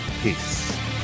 Peace